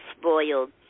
spoiled